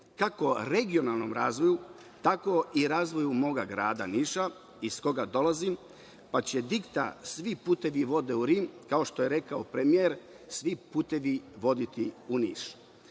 kako regionalnom razvoju, tako i razvoju moga grada Niša, iz koga dolazim, pa će „dikta“ – Svi putevi vode u Rim, kao što je rekao premijer – svi putevi voditi u Niš. Na